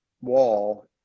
wall